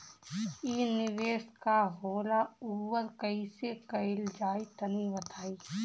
इ निवेस का होला अउर कइसे कइल जाई तनि बताईं?